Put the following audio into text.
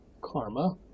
karma